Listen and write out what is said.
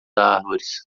árvores